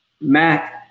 Mac